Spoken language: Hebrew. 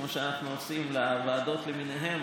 כמו שאנחנו עושים לוועדות למיניהן,